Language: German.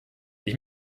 ich